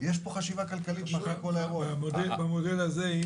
במודל הזה,